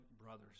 brothers